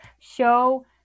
show-